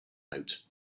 out